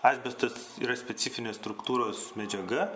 asbestas yra specifinės struktūros medžiaga